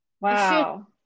Wow